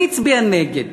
מי הצביע נגד?